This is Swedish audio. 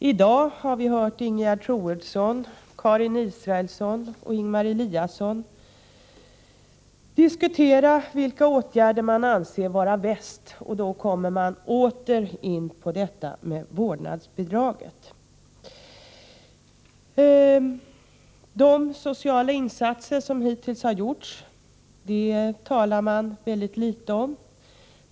I dag har vi hört Ingegerd Troedsson, Karin Israelsson och Ingemar Eliasson diskutera vilka åtgärder de anser vara bäst. Då kommer man åter in på vårdnadsbidraget. De sociala insatser som hittills har gjorts talar man mycket litet om.